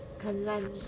很烂